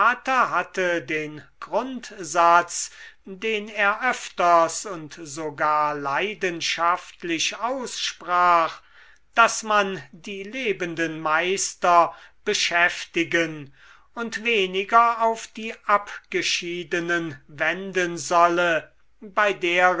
hatte den grundsatz den er öfters und sogar leidenschaftlich aussprach daß man die lebenden meister beschäftigen und weniger auf die abgeschiedenen wenden solle bei deren